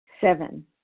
Seven